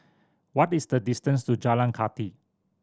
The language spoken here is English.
what is the distance to Jalan Kathi